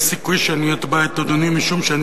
יש סיכוי שאני אתבע את אדוני משום שאני